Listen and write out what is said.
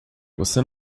você